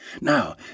Now